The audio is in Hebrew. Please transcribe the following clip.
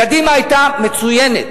קדימה היתה מצוינת,